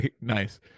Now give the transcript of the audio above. Nice